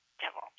devil